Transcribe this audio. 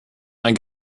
einen